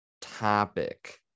topic